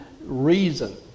reason